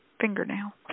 fingernail